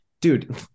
dude